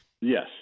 Yes